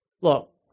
Look